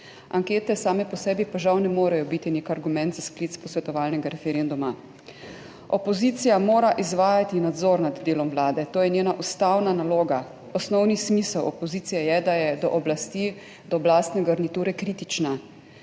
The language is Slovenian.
Ankete same po sebi pa žal ne morejo biti nek argument za sklic posvetovalnega referenduma. Opozicija mora izvajati nadzor nad delom Vlade, to je njena ustavna naloga. Osnovni smisel opozicije je, da je do oblasti, do oblastne garniture kritična.